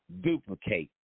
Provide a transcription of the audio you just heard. duplicate